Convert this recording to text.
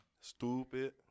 Stupid